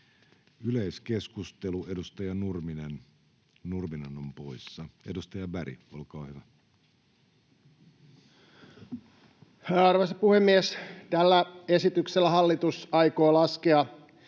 Yleiskeskustelu, edustaja Nurminen. Nurminen on poissa. — Edustaja Berg, olkaa hyvä. Arvoisa puhemies! Tällä esityksellä hallitus aikoo laskea